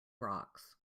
rocks